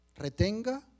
Retenga